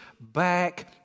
back